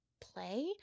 play